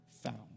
found